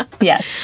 Yes